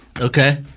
Okay